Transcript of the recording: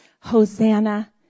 Hosanna